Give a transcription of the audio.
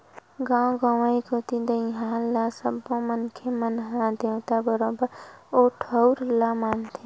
गाँव गंवई कोती दईहान ल सब्बो मनखे मन ह देवता बरोबर ओ ठउर ल मानथे